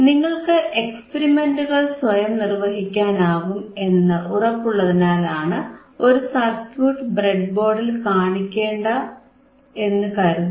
നിങ്ങൾക്ക് എക്സ്പെരിമെന്റുകൾ സ്വയം നിർവഹിക്കാനാകും എന്ന് ഉറപ്പുള്ളതിനാലാണ് ഒരേ സർക്യൂട്ട് ബ്രെഡ്ബോർഡിൽ കാണിക്കേണ്ട എന്നു കരുതുന്നത്